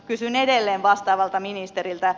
kysyn edelleen vastaavalta ministeriltä